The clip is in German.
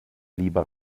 lieber